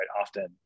often